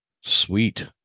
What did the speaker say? sweet